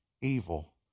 evil